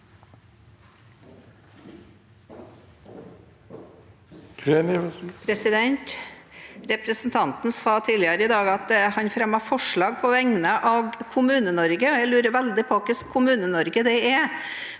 Representanten sa tidli- gere i dag at han fremmet forslag på vegne av KommuneNorge. Jeg lurer veldig på hvilket Kommune-Norge det er,